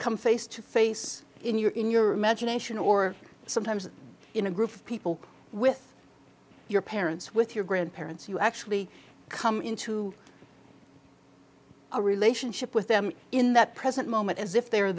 come face to face in your in your imagination or sometimes in a group of people with your parents with your grandparents you actually come into a relationship with them in that present moment as if they're